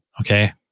okay